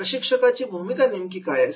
प्रशिक्षकाची भूमिका नेमकी काय असते